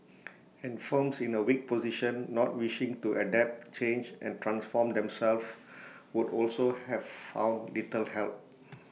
and firms in A weak position not wishing to adapt change and transform themselves would also have found little help